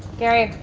gary,